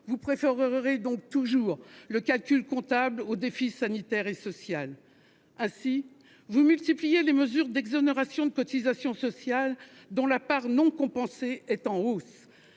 Vous préférerez systématiquement le calcul comptable aux défis sanitaire et social. Ainsi, vous multipliez les mesures d'exonération de cotisations sociales, dont la part non compensée est en hausse.